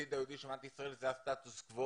העתיד היהודי של מדינת ישראל זה הסטטוס קוו